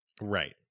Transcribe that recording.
right